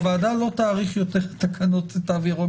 הוועדה לא תאריך יותר תקנות תו ירוק